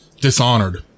Dishonored